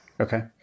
Okay